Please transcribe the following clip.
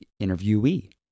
interviewee